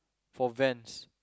for Vans